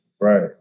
Right